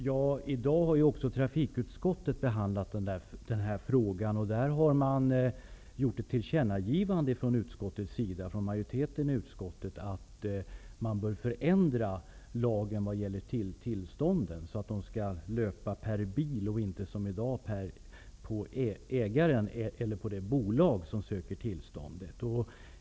Herr talman! I dag har också trafikutskottet behandlat den här frågan. Majoriteten i utskottet har gjort ett tillkännagivande, att man bör förändra lagen som gäller tillstånden, så att de löper per bil och inte som i dag på ägaren eller det bolag som söker tillståndet.